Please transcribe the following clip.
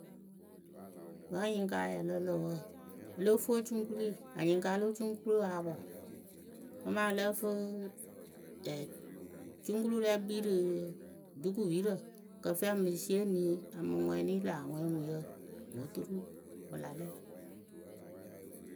Vǝ́ anyɩŋkaa ya lɔ lǝ̈ wǝǝ o lóo fuu o cuŋkului anyɩŋkaa lo ocukuluwǝ a pɔ amaa ǝ lǝ́ǝ fɨɨ, cukulu rɛ e kpii rɨ dukupirǝ kɨ ǝ fɨ emɨ yeemi a mɨ ŋwɛnɩ lä aŋwɛɛŋuŋyǝ ko oturur wɨ la lɛ.